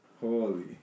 Holy